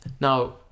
Now